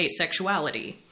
asexuality